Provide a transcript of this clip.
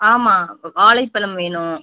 ஆமாம் வாழைப்பழம் வேணும்